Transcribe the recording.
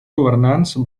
governants